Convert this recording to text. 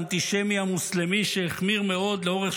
כך הם אומרים לו,